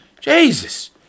Jesus